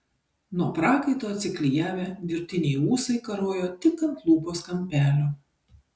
nuo prakaito atsiklijavę dirbtiniai ūsai karojo tik ant lūpos kampelio